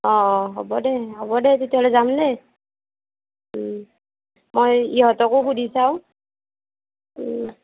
অঁ হ'ব দে হ'ব দে তেতিয়াহ'লে যাম দে মই ইহঁতকো সুধি চাওঁ